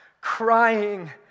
crying